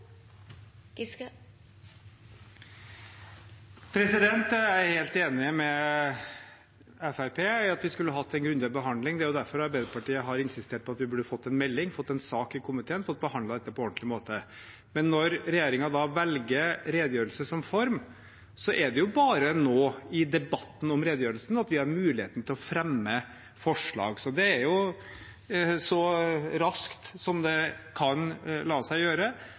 helt enig med Fremskrittspartiet i at vi skulle hatt en grundigere behandling. Det er derfor Arbeiderpartiet har insistert på at vi burde fått en melding, fått en sak i komiteen og fått behandlet dette på en ordentlig måte. Når regjeringen velger redegjørelse som form, er det bare nå i debatten om redegjørelsen vi har mulighet til å fremme forslag. Det er jo så raskt det kan la seg gjøre,